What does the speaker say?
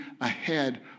ahead